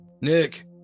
Nick